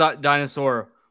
dinosaur